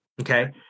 Okay